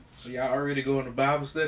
so y'all already going to bible